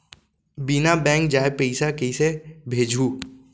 बिना बैंक जाए पइसा कइसे भेजहूँ?